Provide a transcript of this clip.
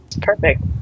perfect